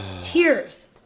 Tears